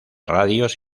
radios